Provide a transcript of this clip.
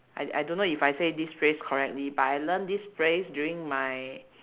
I I don't know if I say this phrase correctly but I learn this phrase during my